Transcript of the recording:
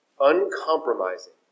uncompromising